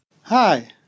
Hi